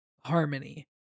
Harmony